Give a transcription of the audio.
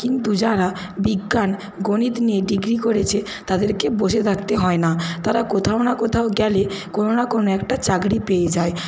কিন্তু যারা বিজ্ঞান গণিত নিয়ে ডিগ্রি করেছে তাদেরকে বসে থাকতে হয় না তারা কোথাও না কোথাও গেলে কোনো না কোনো একটা চাকরি পেয়ে যায়